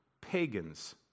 pagans